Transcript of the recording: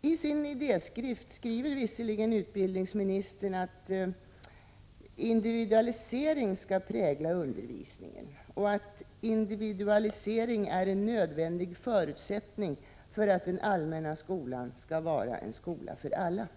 I sin idéskrift skriver visserligen utbildningsministern att ”individualisering skall prägla undervisningen” och att ”individualisering är en nödvändig förutsättning för att den allmänna skolan skall vara en skola för alla”.